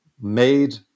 made